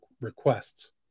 requests